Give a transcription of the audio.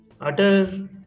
utter